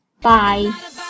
Bye